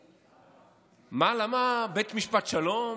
מה, מה לבית משפט שלום?